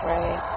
Right